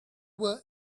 were